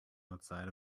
outside